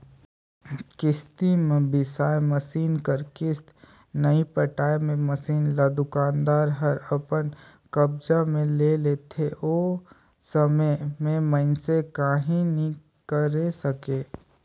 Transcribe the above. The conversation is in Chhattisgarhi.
किस्ती म बिसाए मसीन कर किस्त नइ पटाए मे मसीन ल दुकानदार हर अपन कब्जा मे ले लेथे ओ समे में मइनसे काहीं नी करे सकें